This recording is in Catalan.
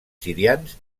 sirians